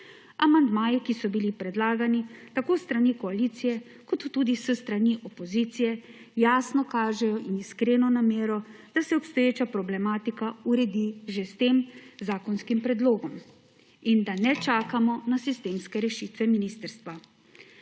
Amandmaji, ki so bili predlagani tako s strani koalicije kot tudi s strani opozicije, jasno kažejo iskreno namero, da se obstoječa problematika uredi že s tem zakonskim predlogom in da ne čakamo na sistemske rešitve ministrstva.